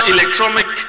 Electronic